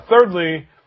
thirdly